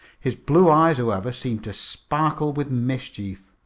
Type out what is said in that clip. his blue eyes, however, seemed to sparkle with mischief.